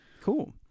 Cool